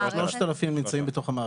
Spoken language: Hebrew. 3,000 נמצאים בתוך המערכת.,